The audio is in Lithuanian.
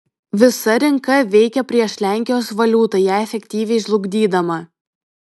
visa rinka veikė prieš lenkijos valiutą ją efektyviai žlugdydama